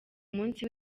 munsi